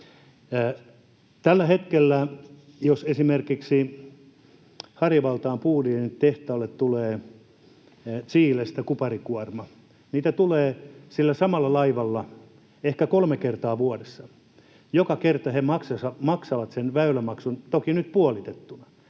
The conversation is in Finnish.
Tällä hetkellä jos esimerkiksi Harjavaltaan Bolidenin tehtaalle tulee Chilestä kuparikuorma — niitä tulee sillä samalla laivalla ehkä kolme kertaa vuodessa — joka kerta he maksavat sen väylämaksun, toki nyt puolitettuna,